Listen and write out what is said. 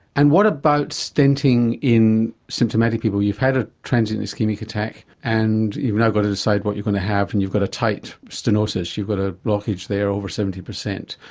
and what about stenting in symptomatic people? you've had a transient ischaematic attack and you've now got to decide what you're going have and you've got a tight stenosis, you've got a blockage there over seventy percent.